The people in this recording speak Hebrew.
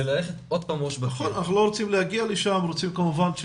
רוב בני הנוער לא יודעים מה זה